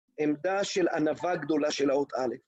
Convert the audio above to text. עמדה של ענווה גדולה של האות אלף.